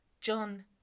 John